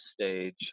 stage